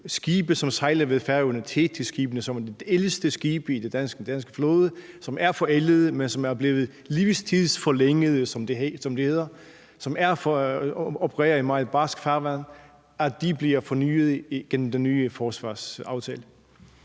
skibe, som sejler ved Færøerne – Thetisskibene, som er de ældste skibe i den danske flåde, som er forældede, men som er blevet livstidsforlængede, som det hedder, og som opererer i meget barskt farvand – bliver fornyet gennem den nye forsvarsaftale?